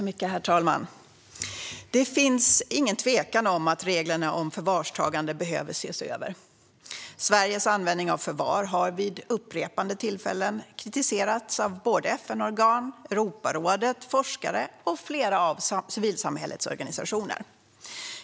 Herr talman! Det finns ingen tvekan om att reglerna om förvarstagande behöver ses över. Sveriges användning av förvar har vid upprepade tillfällen kritiserats av både FN-organ, Europarådet, forskare och flera av civilsamhällets organisationer.